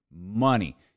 money